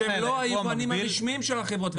שהם לא היבואנים הרשמיים של החברות עצמן.